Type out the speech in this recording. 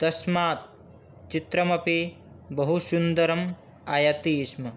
तस्मात् चित्रमपि बहु सुन्दरम् आयाति स्म